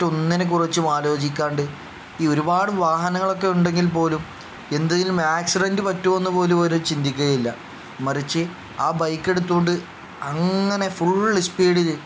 മറ്റ് ഒന്നിനെ കുറിച്ചും ആലോചിക്കാതെ ഈ ഒരുപാട് വാഹനങ്ങളൊക്കെ ഉണ്ടെങ്കിൽ പോലും എന്തെങ്കിലും ആക്സിഡന്റ് പറ്റുമോ എന്ന് പോലും അവർ ചിന്തിക്കുകയില്ല മറിച്ച് ആ ബൈക്ക് എടുത്ത് കൊണ്ട് അങ്ങനെ ഫുൾ സ്പീഡിൽ